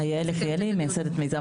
אני מייסדת מיזם